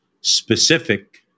specific